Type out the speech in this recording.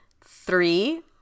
Three